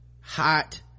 hot